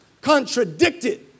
contradicted